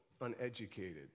uneducated